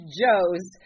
joes